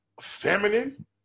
feminine